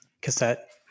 cassette